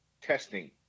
testing